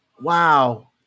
wow